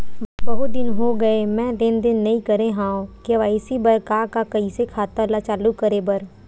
बहुत दिन हो गए मैं लेनदेन नई करे हाव के.वाई.सी बर का का कइसे खाता ला चालू करेबर?